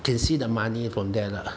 can see the money from there lah